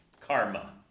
Karma